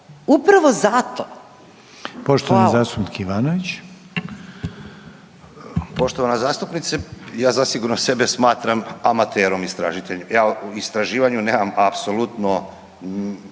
Goran (HDZ)** Poštovana zastupnice ja zasigurno sebe smatram amaterom istražiteljem, ja o istraživanju nemam apsolutno